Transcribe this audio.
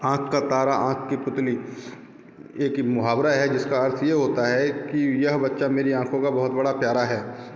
आँख का तारा आँख की पुतली एक मुहावरा है जिसका अर्थ ये होता है कि यह बच्चा मेरी आँखों का बहुत बड़ा प्यारा है